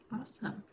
Awesome